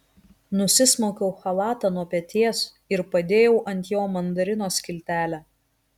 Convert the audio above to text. nusismaukiau chalatą nuo peties ir padėjau ant jo mandarino skiltelę